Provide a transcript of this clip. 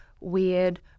weird